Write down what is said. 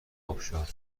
آبشار